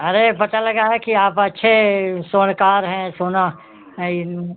अरे पता लगा है कि आप अच्छे स्वर्णकार हैं सोना ये